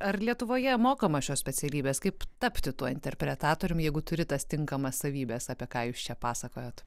ar lietuvoje mokoma šios specialybės kaip tapti tuo interpretatorium jeigu turi tas tinkamas savybes apie ką jūs čia pasakojot